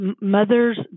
Mother's